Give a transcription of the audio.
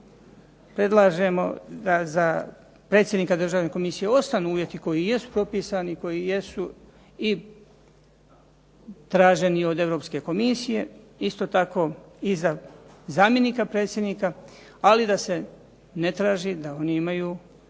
da predlažemo da za predsjednika državne komisije ostanu uvjeti koji jesu propisani, koji jesu i traženi od Europske Komisije, isto tako i za zamjenika predsjednika, ali da se ne traži da oni imaju